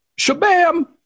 Shabam